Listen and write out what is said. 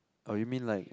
oh you mean like